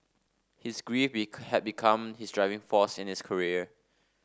his grief had become his driving force in his career